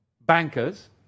bankers